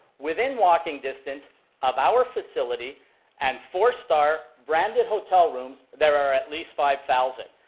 within walking destination of our facility and four star branded hotel rooms, there are at least five thousand.